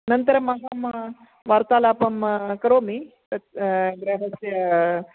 अनन्तरम् अहं वार्तालापं करोमि गृहस्य